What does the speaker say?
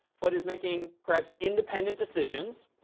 but is making perhaps independent decisions.